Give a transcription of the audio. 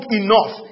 enough